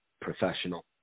professional